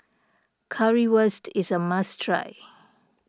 Currywurst is a must try